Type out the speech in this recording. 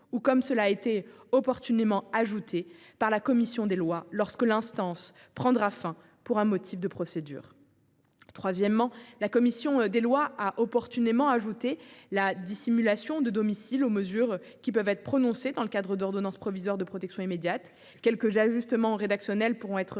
ou, comme cela a été opportunément ajouté par la commission des lois, lorsque l’instance prendra fin pour un motif de procédure. Troisièmement, la commission des lois a opportunément ajouté la dissimulation de domicile aux mesures qui peuvent être prononcées dans le cadre de l’ordonnance provisoire de protection immédiate. Quelques ajustements rédactionnels pourront être réalisés